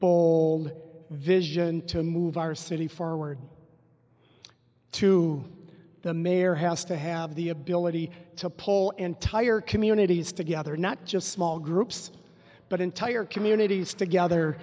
bowl vision to move our city forward to the mayor has to have the ability to pull entire communities together not just small groups but entire communities together